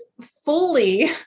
fully